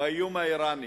באיום האירני.